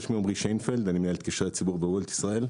אני מנהל קשרי הציבור ב-וולט ישראל.